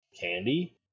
candy